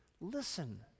Listen